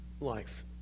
life